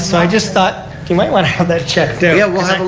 so i just thought you might want to have that checked out. yeah